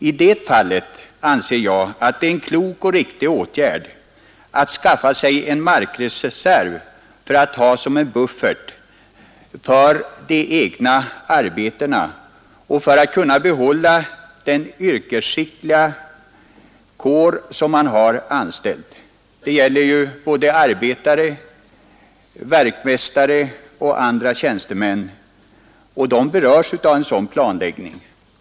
I det läget anser jag att det är en klok och riktig åtgärd att skaffa sig en markreserv att ha som en buffert för de egna arbetena och för att kunna behålla den yrkesskickliga kår som man har anställt. Både arbetare, verkmästare och tjänstemän berörs av en sådan planläggning.